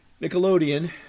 Nickelodeon